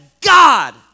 God